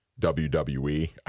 WWE